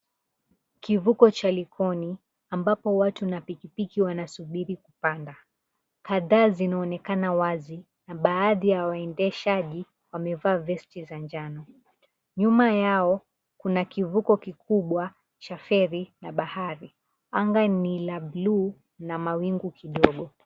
Kivuko cha Likoni, ambapo watu na pikipiki wanasubiri kupanda. Kadhaa zinaonekana wazi na baadhi ya waendeshaji wamevaa vesti za njano. Nyuma yao kuna kivuko kikubwa cha feri na bahari. Anga ni la blue na mawingu kidogo.